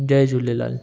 Jay Jhulelal